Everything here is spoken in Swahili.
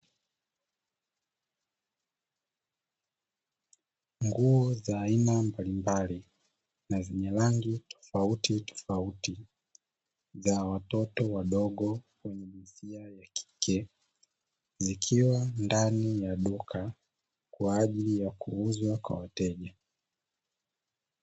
Nguo za aina mbalimbali na zenye rangi tofauti tofauti za watoto wadogo wenye jinsia ya kike zikiwa ndani ya duka kwa ajili ya kuuzwa kwa wateja.